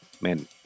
men